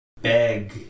beg